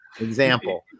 example